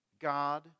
God